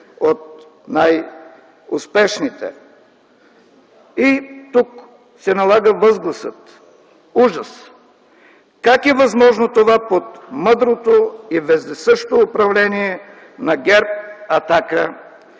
от най-успешните. Тук се налага възгласът „Ужас!”. Как е възможно това под мъдрото и вездесъщо управление на ГЕРБ, „Атака”